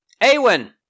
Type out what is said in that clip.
Awen